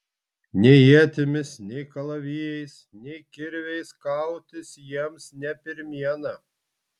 nei ietimis nei kalavijais nei kirviais kautis jiems ne pirmiena